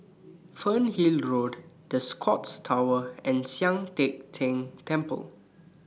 Fernhill Road The Scotts Tower and Sian Teck Tng Temple